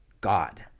God